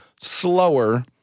slower